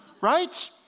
right